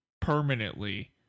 permanently